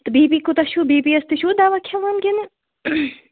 تہٕ B P کوٗتاہ چھُ بی پی یس تہِ چھِو دوا کھیٚوان کِنہٕ